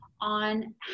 on